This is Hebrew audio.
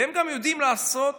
והם גם יודעים לעשות